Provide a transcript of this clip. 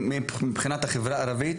מבחינת החברה הערבית,